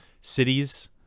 cities